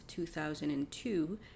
2002